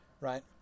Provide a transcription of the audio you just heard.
right